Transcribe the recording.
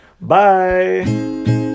Bye